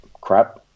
crap